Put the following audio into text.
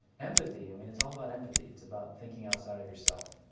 empathy. i mean, it's all about empathy. it's about thinking outside of yourself,